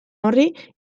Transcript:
horri